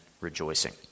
rejoicing